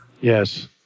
Yes